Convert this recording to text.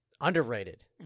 Underrated